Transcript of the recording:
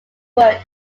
word